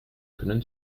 können